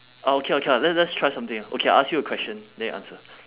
ah okay lah okay lah le~ let's try something ah okay I ask you a question then you answer